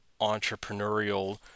entrepreneurial